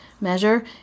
measure